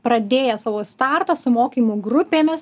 pradėję savo startą su mokymų grupėmis